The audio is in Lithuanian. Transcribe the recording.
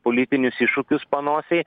politinius iššūkius panosėj